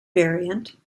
variant